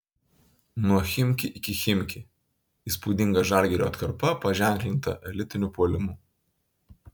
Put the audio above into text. nuo chimki iki chimki įspūdinga žalgirio atkarpa paženklinta elitiniu puolimu